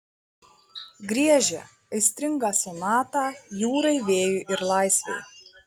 griežia aistringą sonatą jūrai vėjui ir laisvei